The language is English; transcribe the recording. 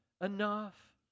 enough